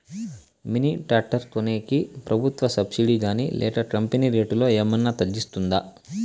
Mini tractor కొనేకి ప్రభుత్వ subsidy గాని లేక కంపెని రేటులో ఏమన్నా తగ్గిస్తుందా?